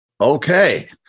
Okay